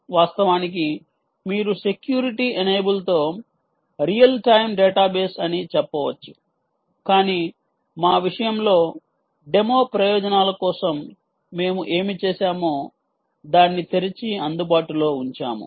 వాస్తవానికి మీరు సెక్యూరిటీ ఎనేబుల్తో రియల్ టైమ్ డేటాబేస్ అని చెప్పవచ్చు కాని మా విషయంలో డెమో ప్రయోజనాల కోసం మేము ఏమి చేసామో దాన్నితెరిచి అందుబాటులో ఉంచాము